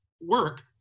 work